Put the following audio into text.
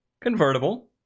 convertible